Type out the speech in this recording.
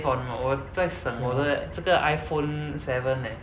for my 我在省我的这个 ge iphone seven eh